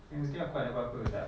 wednesday aku ada apa-apa tak